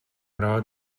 rád